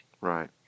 Right